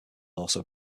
also